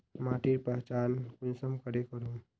माटिर पहचान कुंसम करे करूम?